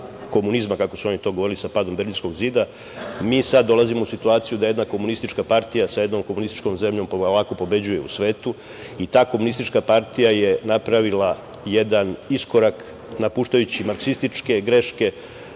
komunizma, kako su oni to govorili, sa padom Berlinskog zida, mi sada dolazimo u situaciju da jedna komunistička partija sa jednom komunističkom zemljom polako pobeđuje u svetu i ta komunistička partija je napravila jedan iskorak, napuštajući marksističke greške.